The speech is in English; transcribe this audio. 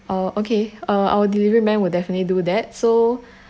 uh okay uh our delivery man will definitely do that so